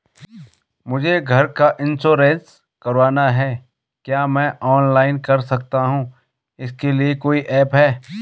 मुझे घर का इन्श्योरेंस करवाना है क्या मैं ऑनलाइन कर सकता हूँ इसके लिए कोई ऐप है?